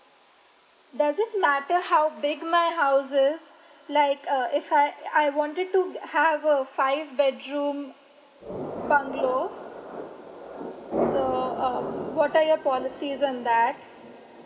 does it matter how big my houses like uh if I I wanted to have a five bedroom bungalow so um what are your policies on that